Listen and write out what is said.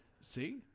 See